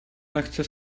lehce